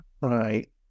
Right